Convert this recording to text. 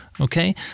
okay